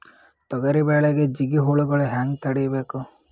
ತೊಗರಿ ಬೆಳೆಗೆ ಜಿಗಿ ಹುಳುಗಳು ಹ್ಯಾಂಗ್ ತಡೀಬೇಕು?